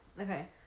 Okay